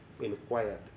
inquired